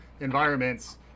environments